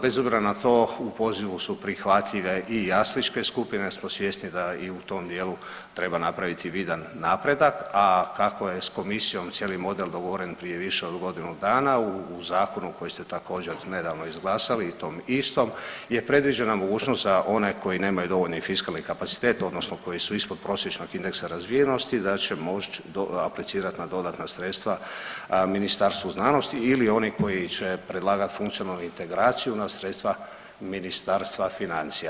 Bez obzira na to u pozivu su prihvatljive i jasličke skupine jer smo svjesni da i u tom dijelu treba napraviti vidan napredak, a kako je s komisijom cijeli model dogovoren prije više od godinu dana u zakonu koji ste također nedavno izglasali i tom istom je predviđena mogućnost za one koji nemaju dovoljni fiskalni kapacitet odnosno koji su ispod prosječnog od indeksa razvijenosti da će moći aplicirati na dodatna sredstva Ministarstvu znanosti ili oni koji će predlagati funkcionalnu integraciju na sredstva Ministarstva financija.